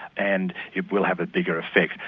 and it will have a bigger effect.